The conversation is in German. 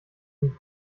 den